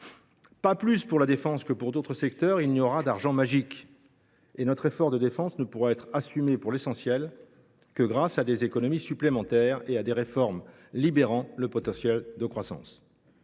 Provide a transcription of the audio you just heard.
Pas plus pour la défense que pour d’autres secteurs, il n’y aura d’argent magique, et notre effort de défense ne pourra être assumé, pour l’essentiel, que grâce à des économies supplémentaires et à des réformes libérant le potentiel de croissance.